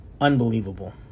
unbelievable